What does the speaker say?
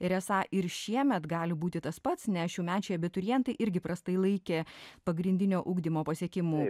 ir esą ir šiemet gali būti tas pats nes šiųmečiai abiturientai irgi prastai laikė pagrindinio ugdymo pasiekimų